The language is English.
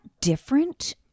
different